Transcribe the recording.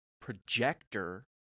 projector